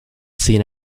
seen